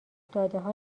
دادهها